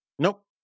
Nope